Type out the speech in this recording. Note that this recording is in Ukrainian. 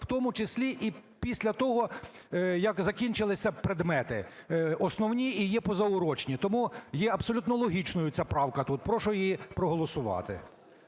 в тому числі і після того, як закінчились предмети основні і є позаурочні. Тому є абсолютно логічною ця правка тут, прошу її проголосувати.